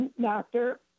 doctor